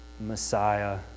Messiah